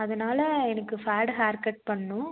அதனால எனக்கு fade hair cut பண்ணனும்